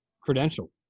credential